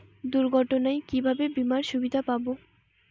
দুর্ঘটনায় কিভাবে বিমার সুবিধা পাব?